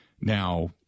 Now